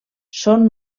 són